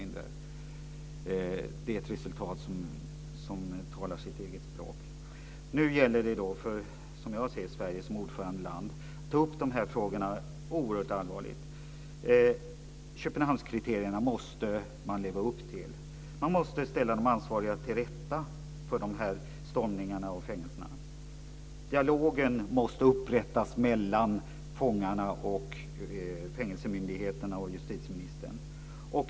Det är ett resultat som talar sitt eget språk. Nu gäller det för Sverige som ordförandeland att ta upp dessa frågor allvarligt. Köpenhamnskriterierna måste man leva upp till. Man måste ställa de ansvariga inför rätta för stormningarna av fängelserna. Dialog måste upprättas mellan fångarna, fängelsemyndigheterna och justitieministern.